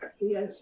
Yes